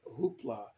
hoopla